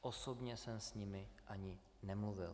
Osobně jsem s nimi ani nemluvil.